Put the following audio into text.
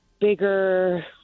bigger